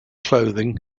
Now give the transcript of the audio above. clothing